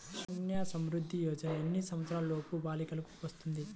సుకన్య సంవృధ్ది యోజన ఎన్ని సంవత్సరంలోపు బాలికలకు వస్తుంది?